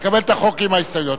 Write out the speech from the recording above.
לקבל את החוק עם ההסתייגויות.